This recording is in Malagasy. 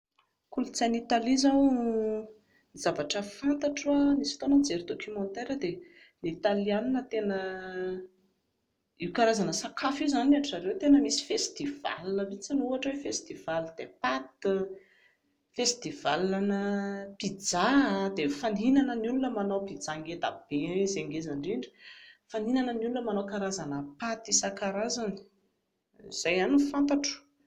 Ny Kolotsain'Italia izao ny zavatra fantatro nisy fotoana aho nijery documentaire dia ny italiana tena, io karazana sakafo io izany ny an-dry zareo tena misy festival mihintsy ohatra hoe festival des pâtes, festival-na pizzas, dia mifaninana ny olona manao pizza ngeda be izay ngeza indrindra, mifaninana ny olona manao karazana pâtes isan-karazany. Izay ihany no fantatro